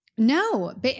No